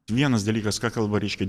vienas dalykas ką kalba reiškia